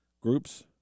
groups